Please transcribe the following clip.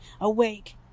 awake